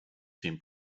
team